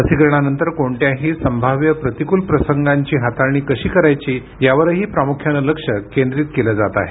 लसीकरणानंतर कोणत्याही संभाव्य प्रतिकूल प्रसंगांची हाताळणी कशी करायची यावरही प्रामुख्यानं लक्ष केंद्रित केलं जात आहे